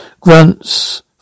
Grunts